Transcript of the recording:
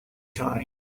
kind